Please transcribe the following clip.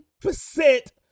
percent